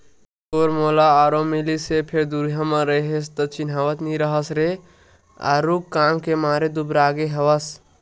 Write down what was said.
तोर मोला आरो मिलिस फेर दुरिहा म रेहे हस त चिन्हावत नइ रेहे हस रे आरुग काम के मारे दुबरागे हवस